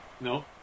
no